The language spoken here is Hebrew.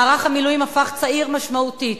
מערך המילואים הפך צעיר משמעותית,